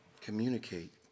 communicate